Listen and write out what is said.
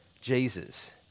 Jesus